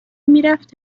میرفت